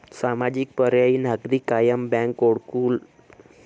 सामाजिक, पर्यायी, नागरी किंवा कायम बँक म्हणून ओळखले जाते